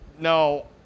No